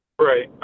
Right